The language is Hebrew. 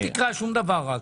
אל תקרע שום דבר רק.